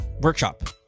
workshop